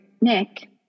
Nick